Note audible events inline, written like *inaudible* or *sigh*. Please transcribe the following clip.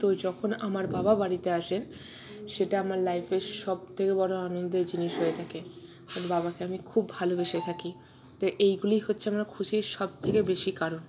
তো যখন আমার বাবা বাড়িতে আসেন সেটা আমার লাইফের সবথেকে বড়ো আনন্দের জিনিস হয়ে থাকে *unintelligible* বাবাকে আমি খুব ভালোবেসে থাকি তো এইগুলি হচ্ছে আমার খুশির সবথেকে বেশি কারণ